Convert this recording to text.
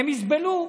הם יסבלו.